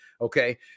okay